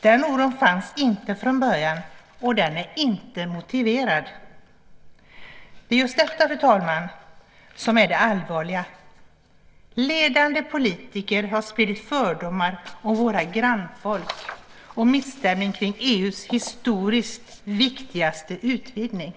Den oron fanns inte från början, och den är inte motiverad. Det just detta, fru talman, som är det allvarliga. Ledande politiker har spridit fördomar om våra grannfolk och misstämning kring EU:s historiskt viktigaste utvidgning.